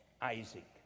Isaac